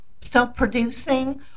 self-producing